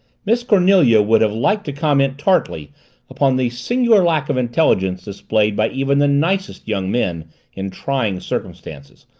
miss cornelia would have liked to comment tartly upon the singular lack of intelligence displayed by even the nicest young men in trying circumstances.